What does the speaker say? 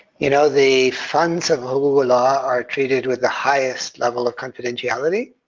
you know the funds of the huquq'u'llah are treated with the highest level of confidentiality.